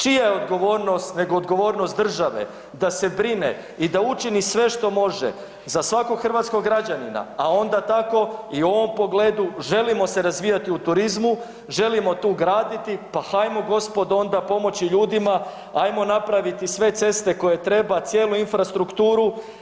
Čija je odgovornost nego odgovornost države da se brine i da učini sve što može za svakog hrvatskog građanina, a onda tako i u ovom pogledu želimo se razvijati u turizmu, želimo tu graditi, pa hajmo gospodo onda pomoći ljudima, ajmo napraviti sve ceste koje treba, cijelu infrastrukturu.